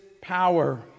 power